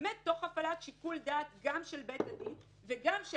תוך הפעלת שיקול דעת גם של בית הדין וגם של